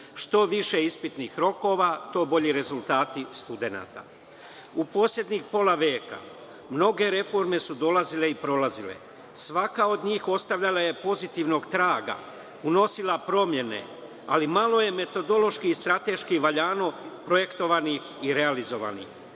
Što više ispitnih rokova, to bolji rezultati studenata.U poslednjih pola veka, mnoge reforme su dolazile i prolazile, svaka od njih ostavljala je pozitivnog traga, unosila promene, ali malo je metodološkiH i strateški valjano, projektovanih i realizovanih.